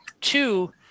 two